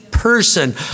person